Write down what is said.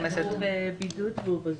הוא בבידוד, והוא בזום.